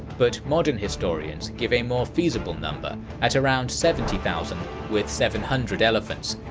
but modern historians give a more feasible number at around seventy thousand with seven hundred elephants,